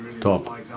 Top